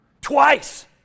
twice